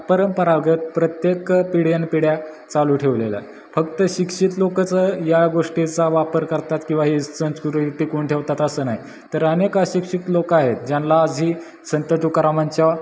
परंपरागत प्रत्येक पिढ्यानपिढ्या चालू ठेवलेलं आहे फक्त शिक्षित लोकंच या गोष्टीचा वापर करतात किंवा ही संस्कृती टिकवून ठेवतात असं नाही तर अनेक अशिक्षित लोक आहेत ज्यांना जी संत तुकारामांच्या